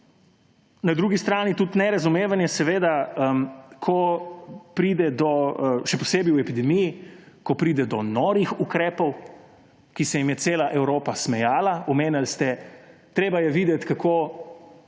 na drugi strani tudi nerazumevanje, ko pride, še posebej v epidemiji, ko pride do norih ukrepov, ki se jim je cela Evropa smejala. Omenili ste, treba je videti, kako so